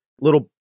little